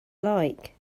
like